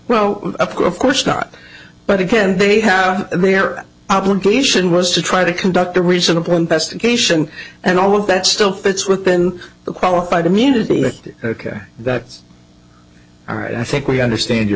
up of course not but again they have their obligation was to try to conduct a reasonable investigation and all of that still fits within the qualified immunity ok that's all right i think we understand your